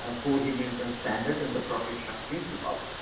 and core humanitarian standard and the protection principles.